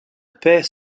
paix